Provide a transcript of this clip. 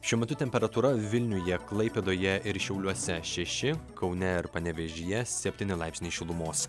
šiuo metu temperatūra vilniuje klaipėdoje ir šiauliuose šeši kaune ir panevėžyje septyni laipsniai šilumos